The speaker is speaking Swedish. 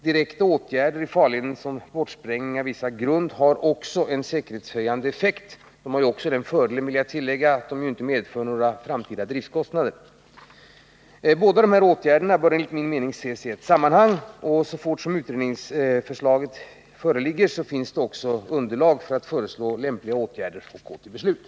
Direkta åtgärder i farleden som t.ex. bortsprängning av vissa grund har också en säkerhetshöjande effekt. De har också, vill jag tillägga, den fördelen att de inte medför några framtida driftkostnader. Dessa båda åtgärder bör enligt min mening ses i ett sammanhang. När utredningsförslaget föreligger finns också underlag för att föreslå lämpliga åtgärder och gå till beslut.